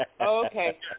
Okay